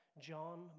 John